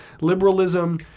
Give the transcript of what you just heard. liberalism